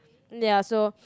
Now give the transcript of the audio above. ya so